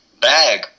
bag